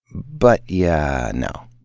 but, yeah, no.